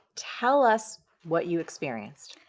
tell us what you experienced.